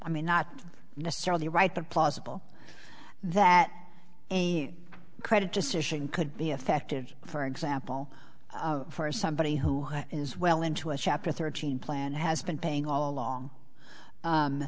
i mean not necessarily right but plausible that a credit decision could be effective for example for somebody who is well into a chapter thirteen plan has been paying all along